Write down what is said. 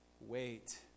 wait